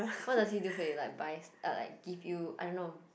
what does he do for you like buy s~ ah like give you I don't know